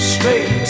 Straight